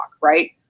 right